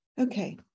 Okay